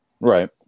Right